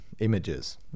images